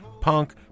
punk